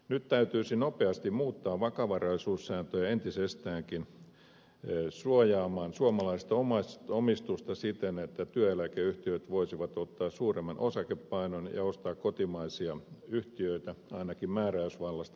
nyt täytyisi nopeasti muuttaa vakavaraisuussääntöjä entisestäänkin suojaamaan suomalaista omistusta siten että työeläkeyhtiöt voisivat ottaa suuremman osakepainon ja ostaa kotimaisia yhtiöitä ainakin määräysvallasta merkittävän osan